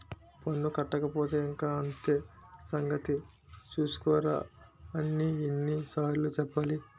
పన్ను కట్టకపోతే ఇంక అంతే సంగతి చూస్కోరా అని ఎన్ని సార్లు చెప్పాలి